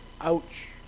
Ouch